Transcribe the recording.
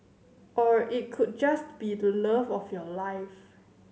or it could just be the love of your life